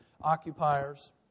occupiers